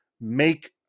make